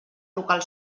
local